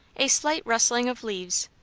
a slight rustling of leaves,